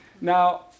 Now